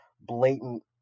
blatant